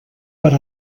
per